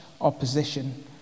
opposition